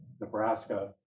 Nebraska